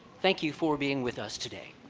thank you for being with us today.